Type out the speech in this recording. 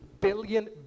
billion